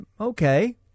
okay